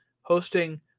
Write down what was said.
hosting